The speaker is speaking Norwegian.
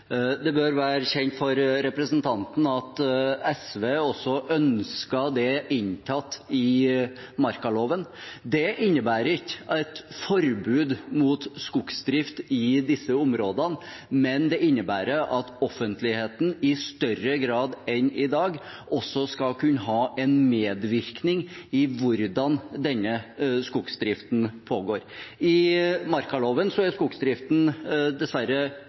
Det bør være kjent for representanten at SV også ønsket dette inntatt i markaloven. Det innebærer ikke et forbud mot skogsdrift i disse områdene, men det innebærer at offentligheten i større grad enn i dag også skal kunne ha en medvirkning til hvordan denne skogsdriften pågår. I markaloven er skogsdriften dessverre